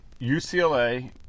UCLA